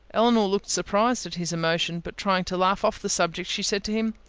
elinor looked surprised at his emotion but trying to laugh off the subject, she said to him,